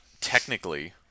technically